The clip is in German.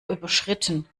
überschritten